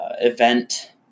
event